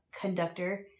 conductor